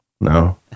No